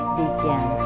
begin